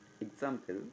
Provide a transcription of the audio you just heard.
Example